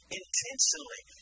intentionally